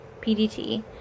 pdt